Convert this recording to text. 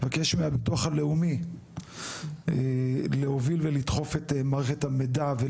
מבקש מהביטוח הלאומי להוביל ולדחוף את מערכת המידע גם